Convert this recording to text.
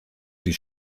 die